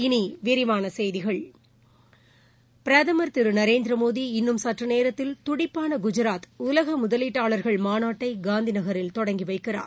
இனி விரிவான செய்திகள் பிரதமர் திரு நரேந்திர மோடி இன்னும் சற்று நேரத்தில் துடிப்பான குஜராத் உலக முதலீட்டாளர்கள் மாநாட்டை காந்திநகரில் தொடங்கி வைக்கிறார்